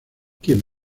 quien